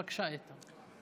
בבקשה, איתן.